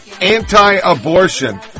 Anti-abortion